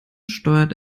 steuert